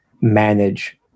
manage